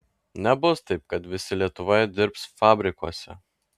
nebus taip kad visi lietuvoje dirbs fabrikuose